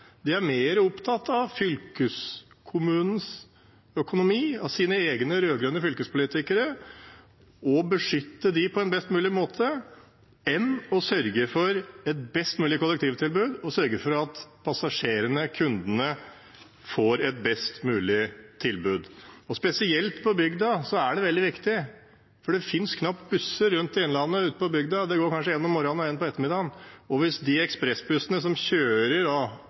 De er mer opptatt av fylkeskommunenes økonomi, av sine egne, rød-grønne fylkespolitikere og av å beskytte dem på en best mulig måte enn å sørge for et best mulig kollektivtilbud, sørge for at passasjerene, kundene, får et best mulig tilbud. Spesielt på bygda er dette veldig viktig, for det finnes knapt busser ute på bygda i Innlandet – det går kanskje én om morgenen og én om ettermiddagen. Hvis de ekspressbussene som kjører